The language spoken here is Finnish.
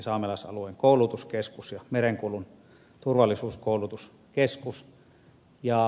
saamelaisalueen koulutuskeskus ja merenkulun turvallisuuskoulutuskeskus